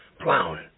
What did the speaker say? plowing